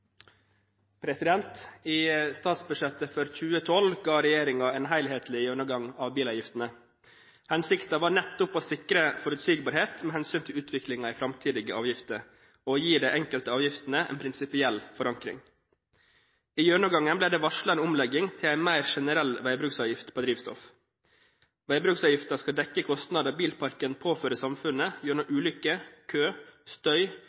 I statsbudsjettet for 2012 ga regjeringen en helhetlig gjennomgang av bilavgiftene. Hensikten var nettopp å sikre forutsigbarhet med hensyn til utviklingen i framtidige avgifter og å gi de enkelte avgiftene en prinsipiell forankring. I gjennomgangen ble det varslet en omlegging til en mer generell veibruksavgift på drivstoff. Veibruksavgiften skal dekke kostnader bilparken påfører samfunnet gjennom